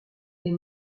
est